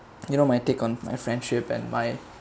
you know my take on my friendship and my